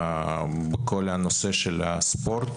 בכל הנושא של הספורט.